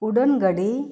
ᱩᱰᱟᱹᱱ ᱜᱟᱹᱰᱤ